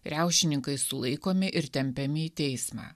riaušininkai sulaikomi ir tempiami į teismą